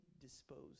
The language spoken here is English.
disposed